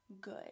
good